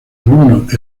alumnos